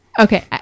Okay